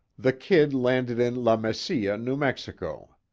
the kid landed in la mesilla, new mexico.